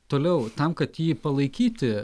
toliau tam kad ji palaikyti